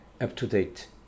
up-to-date